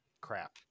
crap